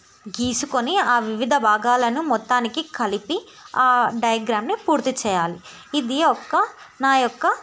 గీసుకొని ఆ వివిధ భాగాలను మొత్తానికి కలిపి ఆ డయాగ్రామ్ని పూర్తి చెయ్యాలి ఇది ఒక్క నా యొక్క